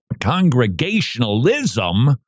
congregationalism